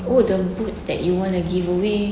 oh the boots that you wanna giveaway